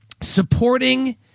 supporting